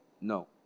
No